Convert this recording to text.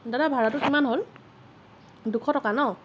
দাদা ভাৰাটো কিমান হ'ল দুশ টকা ন